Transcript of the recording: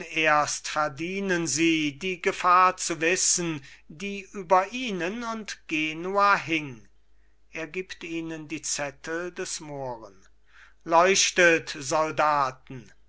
erst verdienen sie die gefahr zu wissen die über ihnen und genua hing er gibt ihnen die zettel des mohren leuchtet soldaten